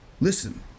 Listen